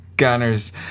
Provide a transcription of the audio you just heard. Gunners